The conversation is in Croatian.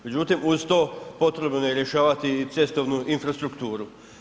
Međutim, uz to potrebno je rješavati i cestovnu infrastrukturu.